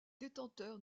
détenteurs